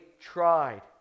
tried